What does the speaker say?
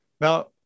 Now